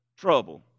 Trouble